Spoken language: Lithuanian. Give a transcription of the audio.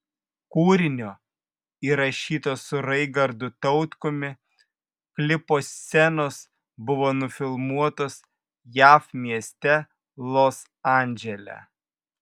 kūrinio įrašyto su raigardu tautkumi klipo scenos buvo nufilmuotos jav mieste los andžele